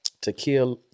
Tequila